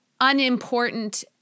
unimportant